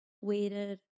waited